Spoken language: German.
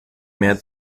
mehr